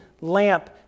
lamp